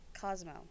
Cosmo